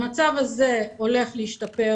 אני מקווה מאוד שהמצב הזה הולך להשתפר.